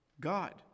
God